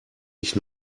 ich